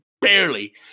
barely